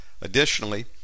Additionally